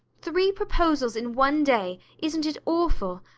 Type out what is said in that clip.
three proposals in one day! isn't it awful!